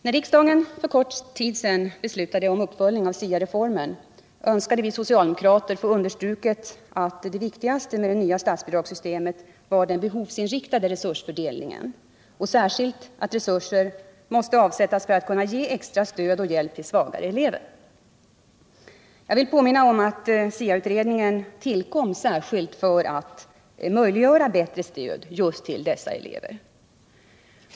När riksdagen för kort tid sedan beslutade om uppföljning av SIA reformen önskade vi socialdemokrater få understruket att det viktigaste med det nya statsbidragssystemet var den behovsinriktade resursfördelningen och särskilt att resurser måste avsättas för att kunna ge extra stöd och hjälp till svagare elever. Jag vill påminna om att SIA-utredningen tillkom särskilt för att möjliggöra bättre stöd till just dessa elever.